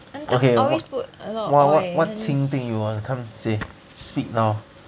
okay what what 清 thing you want say speak now